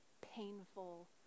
painful